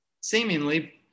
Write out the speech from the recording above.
seemingly